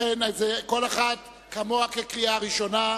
אחת, כמוה כקריאה ראשונה.